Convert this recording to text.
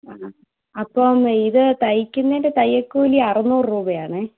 ആ അപ്പം ഇത് തയ്ക്കുന്നതിൻ്റെ തയ്യൽക്കൂലി അറുനൂറ് രൂപയാണേ